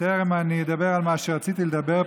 בטרם אדבר על מה שרציתי לדבר,